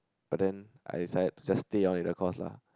but then I decided to just stay on in the course lah